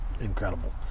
incredible